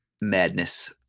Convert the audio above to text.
madness